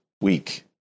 week